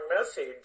message